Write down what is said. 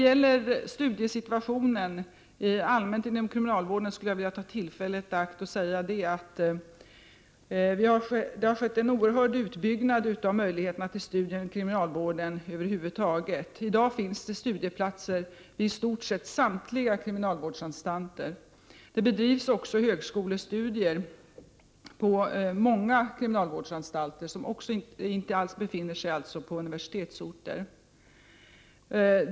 Jag skulle vilja ta tillfället i akt och säga att det har skett en oerhörd utbyggnad av möjligheterna till studier inom kriminalvården över huvud taget. I dag finns studieplatser vid i stort sett samtliga kriminalvårdsanstalter. Högskolestudier bedrivs också på många kriminalvårdsanstalter som inte befinner sig på universitetsorter.